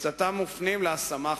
ומקצתם מופנים להשמה חוץ-ביתית.